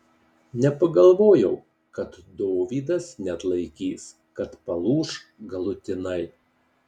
nepagalvojau kad dovydas neatlaikys kad palūš galutinai